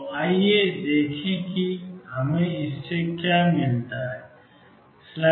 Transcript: तो आइए देखें कि इससे हमें क्या मिलता है